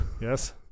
Yes